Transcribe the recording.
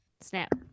Snap